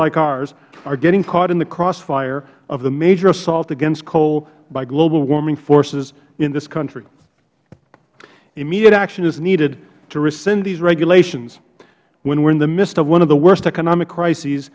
like ours are getting caught in the crossfire of the major assault against coal by globalwarming forces in this country immediate action is needed to rescind these regulations when we are in the midst of one of the worst economic crises